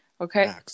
Okay